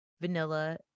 vanilla